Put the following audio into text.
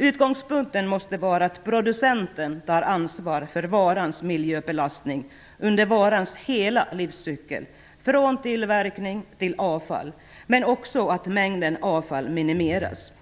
Utgångspunkten måste vara att producenten tar ansvar för varans miljöbelastning under varans hela livscykel, från tillverkning till avfall, men också att mängden avfall minimeras.